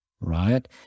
right